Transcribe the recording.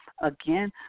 Again